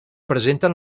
presenten